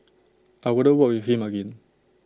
I wouldn't work with him again